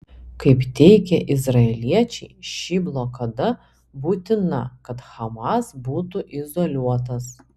kaip teigia izraeliečiai ši blokada būtina kad hamas būtų izoliuotas